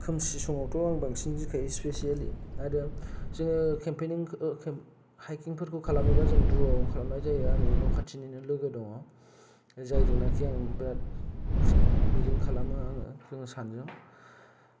खोमसि समावथ' आं बांसिन गिखायो स्पेसेलि आरो जोङो केमपिन हाइकिंफोरखौ खालामोबा जों रुमावनो खालामनाय जायो आंनि न' खाथिनिनो लोगो दङ जायजों नाखि आं बिराद फ्रि बेजों खालामो आङो जों सानैजों